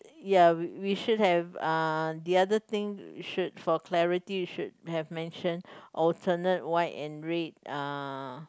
yeah we we should have uh the other thing we should for clarity we should have mentioned alternate white and red uh